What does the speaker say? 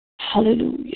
Hallelujah